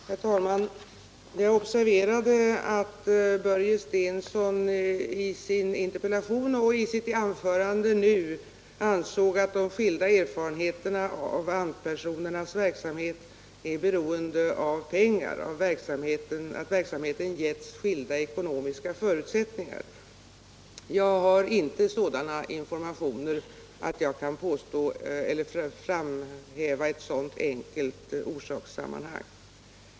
Herr talman! Jag observerade att Börje Stensson i sin interpellation och i sitt anförande nu ansåg att de skilda erfarenheterna av ANT-kontaktpersonernas verksamhet är beroende av att verksamheten getts skilda ekonomiska förutsättningar. Jag har inte sådana informationer att jag kan framhäva ett sådant enkelt orsakssammanhang.